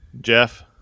jeff